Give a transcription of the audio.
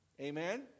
Amen